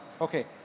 Okay